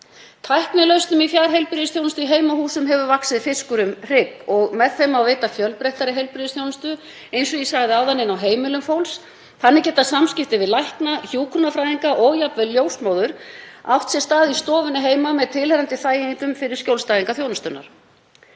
Tæknilausnum í fjarheilbrigðisþjónustu í heimahúsum hefur vaxið fiskur um hrygg og með þeim má veita fjölbreyttari heilbrigðisþjónustu, eins og ég sagði áðan, inni á heimilum fólks. Þannig geta samskiptin við lækna, hjúkrunarfræðinga og jafnvel ljósmóður átt sér stað í stofunni heima með tilheyrandi þægindum fyrir skjólstæðinga þjónustunnar.